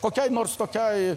kokiai nors tokiai